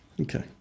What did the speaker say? Okay